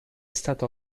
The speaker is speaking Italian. stato